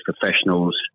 professionals